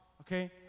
okay